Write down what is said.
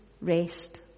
rest